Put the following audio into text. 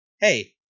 hey